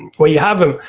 when you have them.